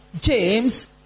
James